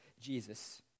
Jesus